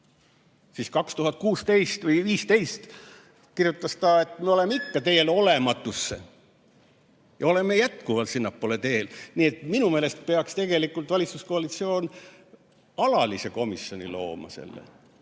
ning 2016 või 2015 kirjutas ta, et me oleme ikka teel olematusse. Oleme jätkuvalt sinnapoole teel. Nii et minu meelest peaks valitsuskoalitsioon alalise komisjoni looma.